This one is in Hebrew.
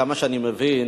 כמה שאני מבין,